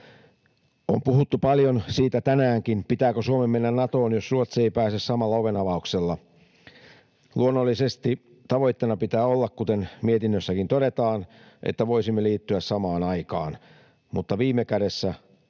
On puhuttu paljon siitä tänäänkin, pitääkö Suomen mennä Natoon, jos Ruotsi ei pääse samalla ovenavauksella. Luonnollisesti tavoitteena pitää olla, kuten mietinnössäkin todetaan, että voisimme liittyä samaan aikaan, mutta viime kädessä